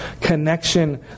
connection